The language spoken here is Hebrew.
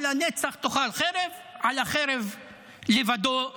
לנצח תאכל חרב, על החרב לבדו נחיה.